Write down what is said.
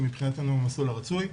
שמבחינתנו הוא המסלול הרצוי.